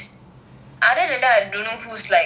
other then that I don't know who is like who else